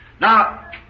Now